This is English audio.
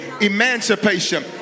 Emancipation